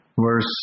verse